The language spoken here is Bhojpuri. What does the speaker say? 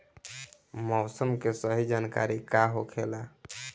मौसम के सही जानकारी का होखेला?